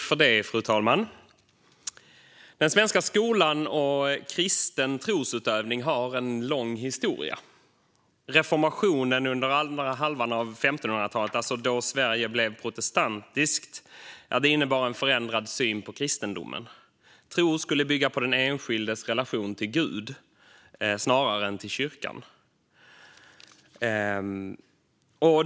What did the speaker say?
Fru talman! Den svenska skolan och kristen trosutövning har en lång historia. Reformationen under andra halvan av 1500-talet, då Sverige blev protestantiskt, innebar en förändrad syn på kristendomen. Tro skulle bygga på den enskildes relation till Gud snarare än till kyrkan.